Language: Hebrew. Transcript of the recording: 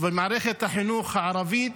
לבין מערכת החינוך הערבית,